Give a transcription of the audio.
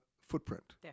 footprint